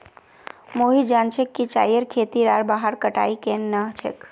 मोहित जान छ कि चाईर खेती आर वहार कटाई केन न ह छेक